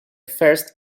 first